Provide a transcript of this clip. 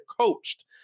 coached